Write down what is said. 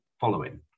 following